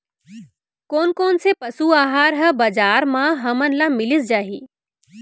कोन कोन से पसु आहार ह बजार म हमन ल मिलिस जाही?